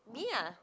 me ah